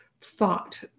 thought